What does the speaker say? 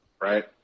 right